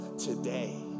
today